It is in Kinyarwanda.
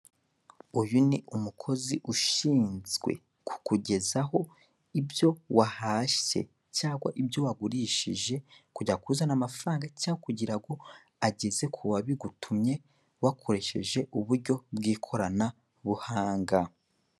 Uyu ni umukozi ushinzwe kukugezaho ibyo wahashye cyangwa ibyo wagurishije kugira ngo akuzanire amafaranga cyangwa kugira ngo ageze kuwagutumye wakoresheje ikoranabuhanga.